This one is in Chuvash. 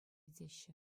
теҫҫӗ